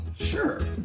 Sure